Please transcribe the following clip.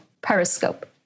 Periscope